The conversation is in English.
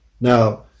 Now